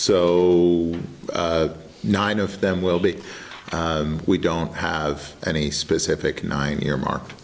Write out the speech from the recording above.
so nine of them will be we don't have any specific nine earmarked